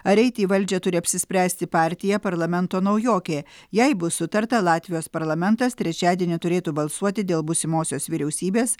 ar eiti į valdžią turi apsispręsti partija parlamento naujokė jei bus sutarta latvijos parlamentas trečiadienį turėtų balsuoti dėl būsimosios vyriausybės